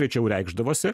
rečiau reikšdavosi